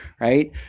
right